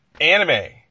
anime